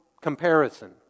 comparison